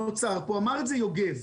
נוצר פה ואמר את זה יוגב,